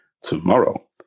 tomorrow